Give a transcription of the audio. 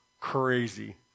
crazy